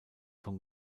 vom